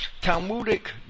Talmudic